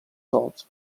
solts